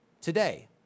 today